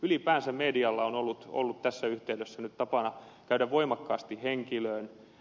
ylipäänsä medialla on nyt ollut tässä yhteydessä tapana käydä voimakkaasti henkilöön